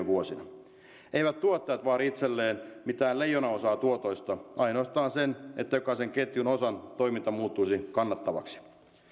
vuosina eivät tuottajat vaadi itselleen mitään leijonanosaa tuotoista ainoastaan sen että jokaisen ketjun osan toiminta muuttuisi kannattavaksi